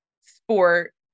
sport